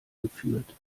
geführt